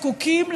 זקוקים,